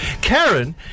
Karen